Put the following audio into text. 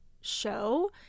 show